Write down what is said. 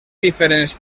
diferents